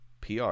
PR